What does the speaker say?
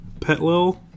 Petlil